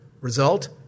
Result